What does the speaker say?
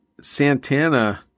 Santana